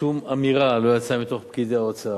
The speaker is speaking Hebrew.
שום אמירה לא יצאה מתוך פקידי האוצר,